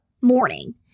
morning